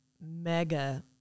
mega